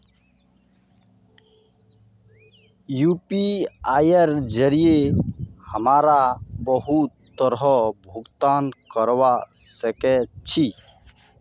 यूपीआईर जरिये हमरा बहुत तरहर भुगतान करवा सके छी